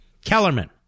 Kellerman